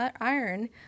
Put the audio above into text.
iron